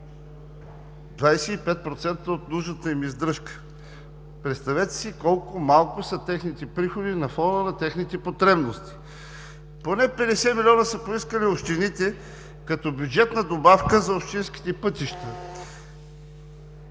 от нужната им издръжка. Представете си колко малко са техните приходи на фона на техните потребности. Поне 50 млн. лв. са поискали общините като бюджетна добавка за общинските пътища.